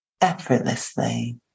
effortlessly